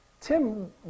Tim